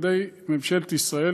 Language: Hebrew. ממשלת ישראל,